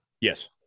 Yes